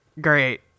Great